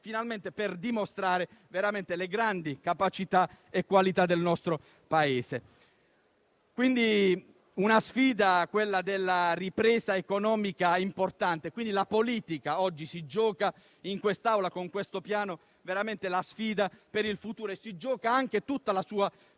un momento per dimostrare finalmente le grandi capacità e qualità del nostro Paese. È una sfida, quella della ripresa economica, importante. La politica oggi si gioca veramente in quest'Aula, con questo piano, la sfida per il futuro e si gioca anche tutta la sua